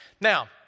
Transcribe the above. Now